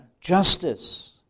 justice